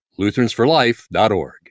lutheransforlife.org